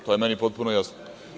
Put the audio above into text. To je meni potpuno jasno.